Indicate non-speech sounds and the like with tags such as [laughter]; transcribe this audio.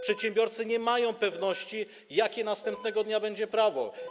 Przedsiębiorcy nie mają [noise] pewności, jakie następnego dnia będzie prawo.